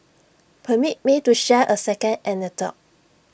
permit me to share A second anecdote